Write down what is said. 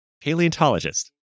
paleontologist